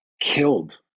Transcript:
Killed